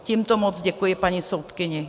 Tímto moc děkuji paní soudkyni.